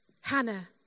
Hannah